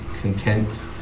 content